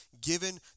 given